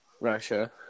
Russia